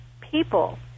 people